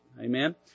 Amen